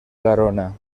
garona